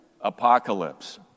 apocalypse